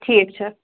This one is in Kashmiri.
ٹھیٖک چھُ